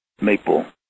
maple